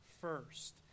first